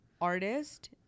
artist